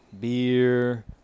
beer